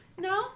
no